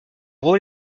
rôle